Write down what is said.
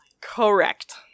Correct